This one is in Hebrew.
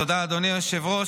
תודה, אדוני היושב-ראש.